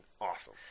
awesome